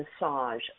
massage